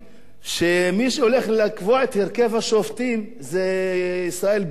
שמי שהולך לקבוע את הרכב השופטים זה ישראל ביתנו,